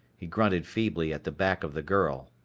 he grunted feebly at the back of the girl.